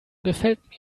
gefällt